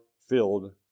filled